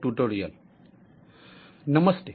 નમસ્તે